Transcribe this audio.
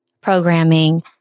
programming